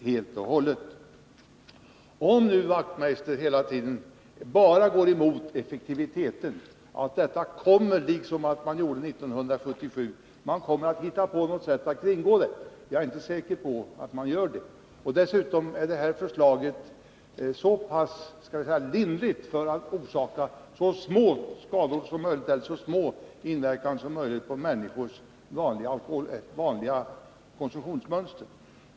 Knut Wachtmeister går emot detta förslag, säger han, på grund av att ett sådant här förbud inte kommer att bli effektivt, och man kommer — som man gjorde 1977 — att hitta på något sätt att kringgå förbudet. Men jag är inte säker på att man kommer att göra det. Dessutom skulle detta förslag vara så pass lindrigt att det skulle orsaka liten inverkan på människors vanliga konsumtionsmönster.